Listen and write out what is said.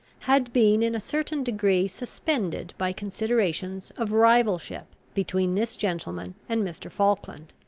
had been in a certain degree suspended by considerations of rivalship between this gentleman and mr. falkland.